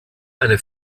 eine